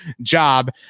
job